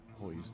poised